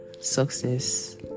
success